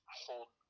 hold